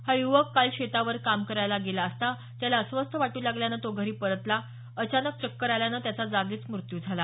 हा युवक काल शेतावर काम करायला गेला असता त्याला अस्वस्थ वाटू लागल्यानं तो घरी परतला अचानक चक्कर आल्यानं त्याचा जागीच मृत्यू झाला